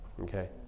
okay